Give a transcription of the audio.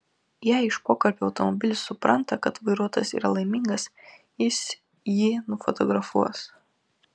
jei iš pokalbio automobilis supranta kad vairuotojas yra laimingas jis jį nufotografuos